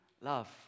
love